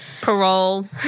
parole